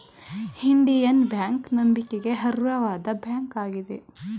Indian bank ನಂಬಿಕೆಗೆ ಅರ್ಹವಾದ bank ಆಗಿದೆ